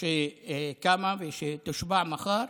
שקמה ושתושבע מחר